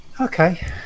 Okay